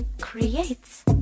creates